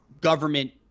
government